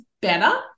better